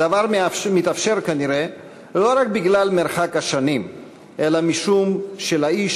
הדבר מתאפשר כנראה לא רק בגלל מרחק השנים אלא משום שלאיש